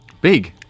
Big